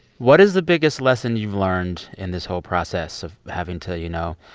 what is the biggest lesson you've learned in this whole process of having to, you know,